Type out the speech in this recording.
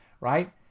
right